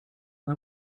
let